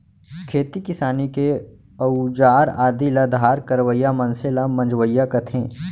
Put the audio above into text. खेती किसानी के अउजार आदि ल धार करवइया मनसे ल मंजवइया कथें